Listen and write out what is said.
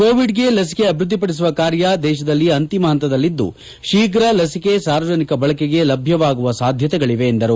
ಕೋವಿಡ್ಗೆ ಲಭಿಕೆ ಅಭಿವೃದ್ಧಿಪಡಿಸುವ ಕಾರ್ಯ ದೇಶದಲ್ಲಿ ಅಂತಿಮ ಪಂತದಲ್ಲಿದ್ದು ಶೀಘ್ರ ಲಭಿಕೆ ಸಾರ್ವಜನಿಕ ಬಳಕೆಗೆ ಲಭ್ಯವಾಗುವ ಸಾಧ್ಯತೆಗಳಿವೆ ಎಂದರು